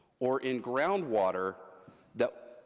or in groundwater that,